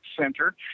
center